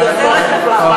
אני עוזרת לך.